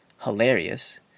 Hilarious